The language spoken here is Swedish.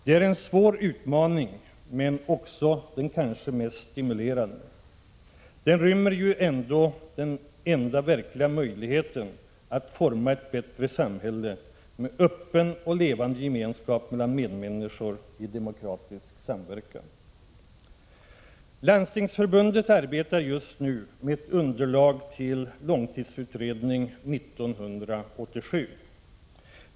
Det är en svår utmaning, men också den kanske mest stimulerande. Den rymmer ju ändå den enda verkliga möjligheten att forma ett bättre samhälle med öppen och levande gemenskap mellan medmänniskor i demokratisk samverkan. Landstingsförbundet arbetar just nu med ett underlag till långtidsutredning 1987.